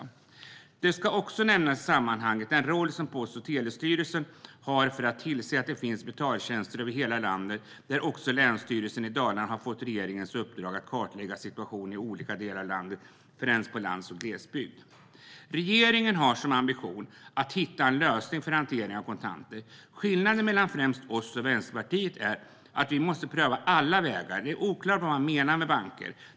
I sammanhanget ska också nämnas den roll som Post och telestyrelsen har för att tillse att det finns betaltjänster över hela landet, där också Länsstyrelsen i Dalarna har fått regeringens uppdrag att kartlägga situationen i olika delar av landet, främst på landsbygd och i glesbygd. Regeringen har som ambition att hitta en lösning för hantering av kontanter. Skillnaden mellan främst oss och Vänsterpartiet är att vi anser att man måste pröva alla vägar. Det är oklart vad man menar med banker.